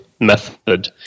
method